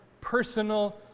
personal